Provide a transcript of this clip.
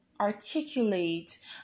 articulate